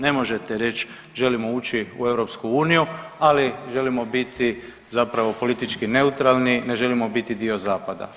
Ne možete reći želimo ući u EU, ali želimo biti zapravo politički neutralni, ne želimo biti dio zapada.